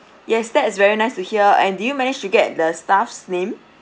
yes that is very nice to hear and did you manage to get the staff's name